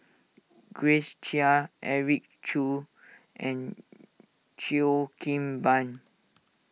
Grace Chia Eric Khoo and Cheo Kim Ban